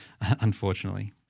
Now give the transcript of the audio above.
unfortunately